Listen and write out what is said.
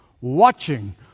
watching